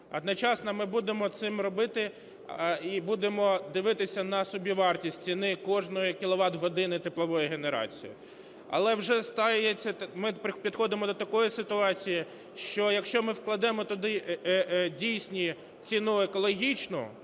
Одночасно ми будемо це робити, і будемо дивитися на собівартість кожної кіловат-години теплової генерації. Але вже ми підходимо до такої ситуації, що якщо ми вкладемо туди дійсно ціну екологічну,